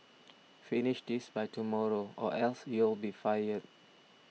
finish this by tomorrow or else you'll be fired